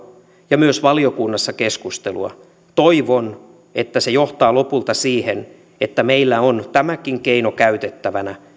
ja keskustelua myös valiokunnassa toivon että se johtaa lopulta siihen että meillä on tämäkin keino käytettävänä